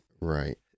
Right